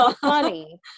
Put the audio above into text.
funny